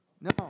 No